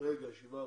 יהיו כאן,